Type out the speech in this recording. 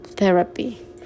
Therapy